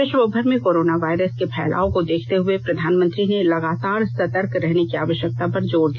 विश्व भर में कोरोना वायरस के फैलाव को देखते हुए प्रधानमंत्री ने लगातार सतर्क रहने की आवश्यकता पर जोर दिया